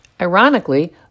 Ironically